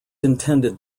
intended